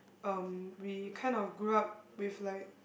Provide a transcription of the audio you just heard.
um we kind of grew up with like